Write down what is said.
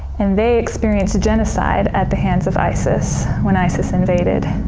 and they experienced genocide at the hands of isis when isis invaded.